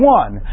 one